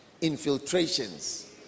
infiltrations